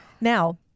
now